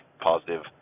positive